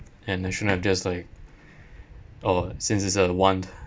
and I shouldn't have just like oh since it's a want